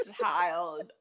child